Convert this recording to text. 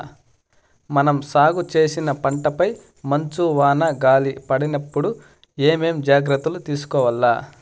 మనం సాగు చేసిన పంటపై మంచు, వాన, గాలి పడినప్పుడు ఏమేం జాగ్రత్తలు తీసుకోవల్ల?